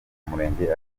murenge